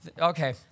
okay